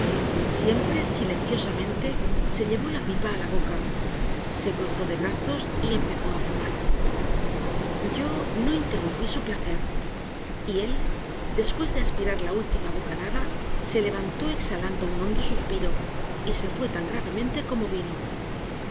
siempre silenciosamente se llevó la pipa a la boca se cruzó de brazos y empezó a fumar yo no interrumpí su placer y él después de aspirar la última bocanada se levantó exhalando un hondo suspiro y se fue tan gravemente como vino